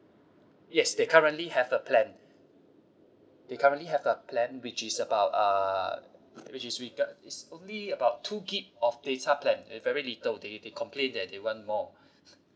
yes they currently have a plan they currently have a plan which is about uh which is rega~ it's only about two gig of data plan eh very little they they complain that they want more